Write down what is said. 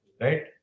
right